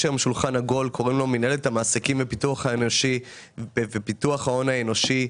יש היום שולחן עגול שקוראים לו מינהלת המעסקים ופיתוח ההון האנושי.